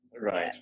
Right